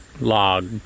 log